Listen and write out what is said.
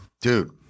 Dude